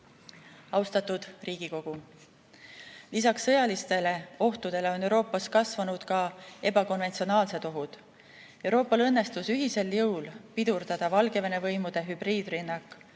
Riigikogu! Lisaks sõjalistele ohtudele on Euroopas kasvanud ka ebakonventsionaalsed ohud. Euroopal õnnestus ühisel jõul pidurdada Valgevene võimude hübriidrünnak,